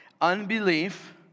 Unbelief